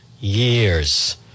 years